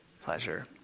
pleasure